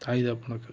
தாய் தகப்பனுக்கு